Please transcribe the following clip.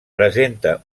presenta